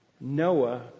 Noah